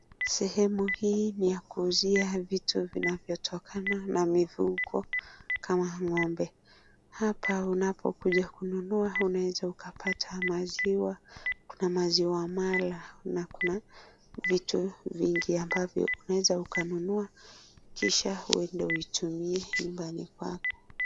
Sehemu hii ni ya kuuzia vitu vinavyotokana na mifugo kama ng'ombe. Hapa unapokuja kununua unaweza ukapata maziwa, kuna maziwa mala na kuna vitu vingi ambavyo unaweza ukanunua kisha uende uitumie nyumbani kwako.